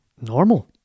normal